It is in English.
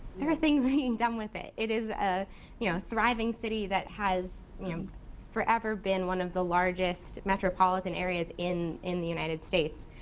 there are things being done with it. it is a yeah thriving city that has forever been one of the largest metropolitan areas in in the united states.